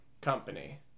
company